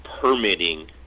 permitting